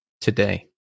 today